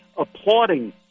applauding